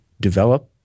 develop